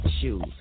shoes